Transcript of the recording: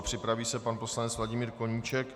Připraví se pan poslanec Vladimír Koníček.